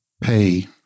pay